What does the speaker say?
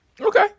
Okay